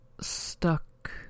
stuck